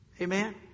Amen